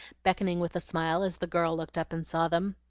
beckoning with a smile, as the girl looked up and saw them.